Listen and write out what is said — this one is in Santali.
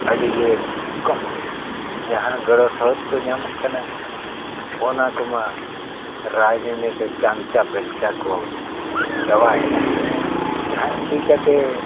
ᱟᱹᱰᱤ ᱜᱮ ᱠᱚᱢ ᱜᱮᱭᱟ ᱡᱟᱦᱟᱸ ᱜᱚᱲᱚ ᱥᱚᱯᱚᱦᱚᱫ ᱠᱚ ᱧᱟᱢᱚᱜ ᱠᱟᱱᱟ ᱚᱱᱟ ᱠᱚᱢᱟ ᱨᱟᱡᱽ ᱱᱤᱛᱤ ᱪᱟᱢᱪᱟ ᱵᱮᱞᱪᱟ ᱠᱚ ᱡᱚᱢ ᱪᱟᱵᱟᱭᱮᱜᱼᱟ ᱡᱟᱦᱟᱸ ᱤᱫᱤ ᱠᱟᱛᱮ